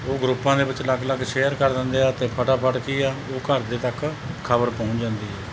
ਉਹ ਗਰੁੱਪਾਂ ਦੇ ਵਿੱਚ ਅਲੱਗ ਅਲੱਗ ਸ਼ੇਅਰ ਕਰ ਦਿੰਦੇ ਆ ਅਤੇ ਫਟਾਫਟ ਕੀ ਆ ਉਹ ਘਰ ਦੇ ਤੱਕ ਖਬਰ ਪਹੁੰਚ ਜਾਂਦੀ ਹੈ